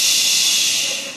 תודה.